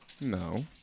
No